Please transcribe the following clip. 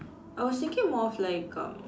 I was thinking more of like uh